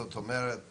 זאת אומרת